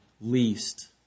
least